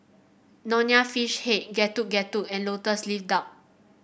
Nonya Fish Head Getuk Getuk and lotus leaf duck